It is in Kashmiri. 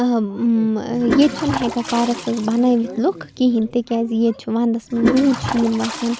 ییٚتہِ چھِنہٕ ہٮ۪کان ٹیرس حظ بنٲوِتھ لُکھ کِہیٖنۍ تِکیٛازِ ییٚتہِ چھِ وَنٛدَس منٛز روٗد شیٖن وَسان